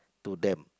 to them